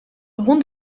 hond